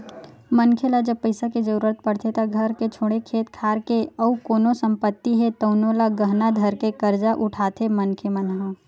मनखे ल जब पइसा के जरुरत पड़थे त घर के छोड़े खेत खार के अउ कोनो संपत्ति हे तउनो ल गहना धरके करजा उठाथे मनखे मन ह